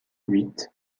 huit